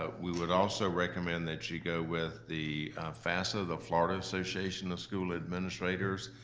ah we would also recommend that you go with the fasa, the florida association of school administrators.